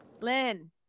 Lynn